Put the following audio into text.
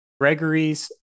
Gregory's